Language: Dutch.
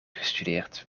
gestudeerd